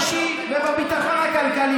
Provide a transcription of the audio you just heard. כי אני יודע מה נוגע לליבו של היושב-ראש בפועל עכשיו.